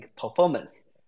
performance